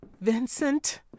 Vincent